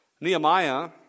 Nehemiah